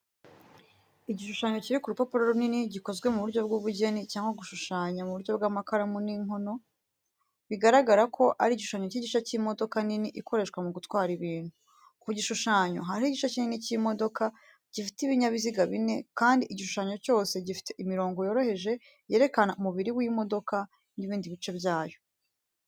Igishushanyo kiri ku rupapuro runini gikozwe mu buryo bw'ubugeni cyangwa gushushanya mu buryo bw’amakaramu n’inkono, bigaragara ko ari igishushanyo cy'igice cy'imodoka nini ikoreshwa mu gutwara ibintu. Ku gishushanyo, hariho igice kinini cy’imodoka gifite ibinyabiziga bine kandi igishushanyo cyose gifite imirongo yoroheje yerekana umubiri w’imodoka n’ibindi bice byayo.